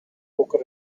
poker